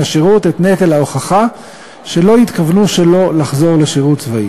השירות את נטל ההוכחה שלא התכוונו שלא לחזור לשירות צבאי.